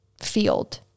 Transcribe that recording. field